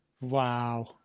Wow